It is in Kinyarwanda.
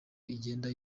igenda